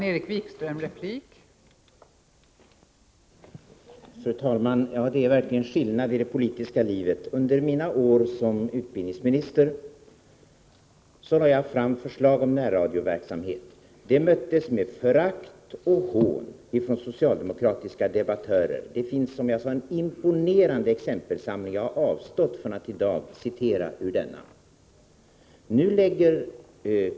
Fru talman! Det förekommer verkligen förändringar inom det politiska livet. Under mina år såsom utbildningsminister lade jag fram förslag om närradioverksamhet. Det möttes med förakt och hån från socialdemokratiska debattörer. Det finns, som jag tidigare sade, en imponerande exempelsamling. Jag har emellertid avstått från att i dag citera ur den.